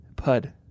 Pud